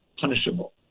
punishable